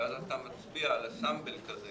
ואז אתה מצביע על אסמפל כזה,